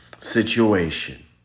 situation